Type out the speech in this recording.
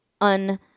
un